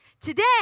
today